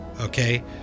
okay